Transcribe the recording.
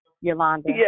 Yolanda